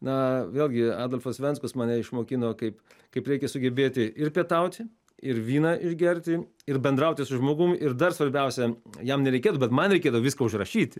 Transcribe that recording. na vėlgi adolfas venskus mane išmokino kaip kaip reikia sugebėti ir pietauti ir vyną išgerti ir bendrauti su žmogum ir dar svarbiausia jam nereikėtų bet man reikėdavo viską užrašyti